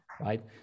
right